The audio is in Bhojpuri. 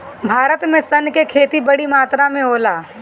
भारत में सन के खेती बड़ी मात्रा में होला